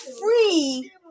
free